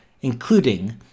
including